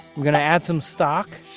i'm going to add some stock,